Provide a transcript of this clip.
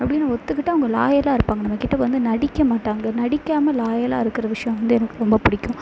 அப்படின்னு ஒத்துக்கிட்டு அவங்க லாயலாக இருப்பாங்க நம்மக்கிட்டே வந்து நடிக்க மாட்டாங்க நடிக்காமல் லாயலாக இருக்கிற விஷயம் வந்து எனக்கு ரொம்ப பிடிக்கும்